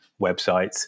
websites